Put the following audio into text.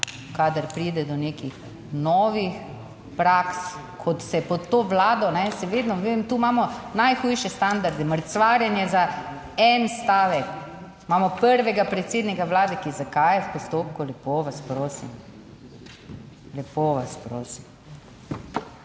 kadar pride do nekih novih praks, kot se je pod to Vlado, še vedno vem, tu imamo najhujše standarde mrcvarjenje za en stavek, imamo prvega predsednika Vlade, ki je, zakaj je v postopku, lepo vas prosim. Lepo vas prosim,